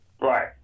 Right